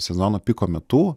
sezono piko metu